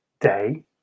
day